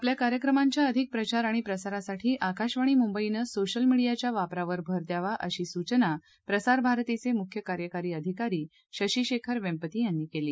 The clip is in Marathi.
आपल्या कार्यक्रमांच्या अधिक प्रचार आणि प्रसारासाठी आकाशवाणी मुंबईने सोशल मिडियाच्या वापरावर भर द्यावा अशी सूचना प्रसार भारतीचे मुख्य कार्यकारी अधिकारी शशी शेखर वेंपती यांनी केली